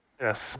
Yes